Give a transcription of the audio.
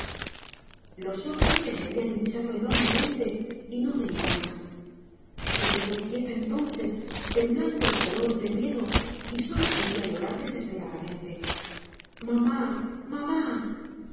los ojos se le habían hinchado enormemente y no veía más se quedó quieta entonces temblando de dolor y de miedo y sólo podía llorar desesperadamente mamá mamá